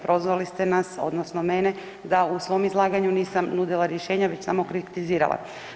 Prozvali ste nas odnosno mene da u svom izlaganju nisam nudila rješenja već samo kritizirala.